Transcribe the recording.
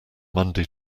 monday